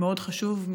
מאוד חשוב,